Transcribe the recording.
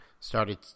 Started